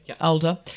Older